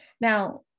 Now